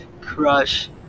crush